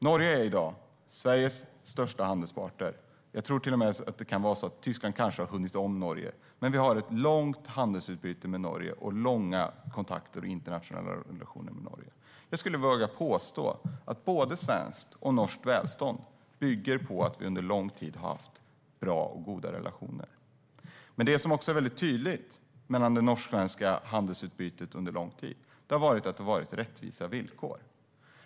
Norge är i dag Sveriges största handelspartner - Tyskland kan kanske ha hunnit om Norge - och vi har haft ett långvarigt handelsutbyte och långvariga kontakter och internationella relationer med Norge. Jag vågar påstå att både svenskt och norskt välstånd bygger på att vi under lång tid har haft goda relationer. Men det som är tydligt i det norsk-svenska handelsutbytet under lång tid är att det har varit rättvisa villkor.